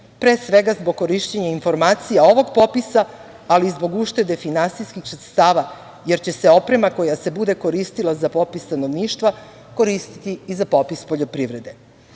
pre svega zbog korišćenja informacija ovog popisa, ali i zbog uštede finansijskih sredstava, jer će se oprema koja se bude koristila za popis stanovništva koristiti i za popis poljoprivrede. Zbog